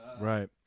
right